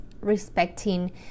respecting